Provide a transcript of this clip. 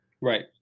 Right